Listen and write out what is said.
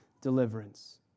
deliverance